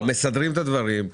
מסדרים את הדברים,